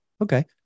Okay